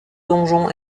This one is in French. donjon